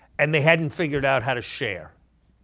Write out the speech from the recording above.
and they hadn't figured out how to share,